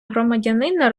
громадянина